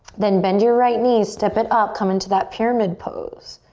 then bend your right knee, step it up, come into that pyramid pose.